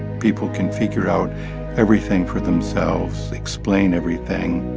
people can figure out everything for themselves explain everything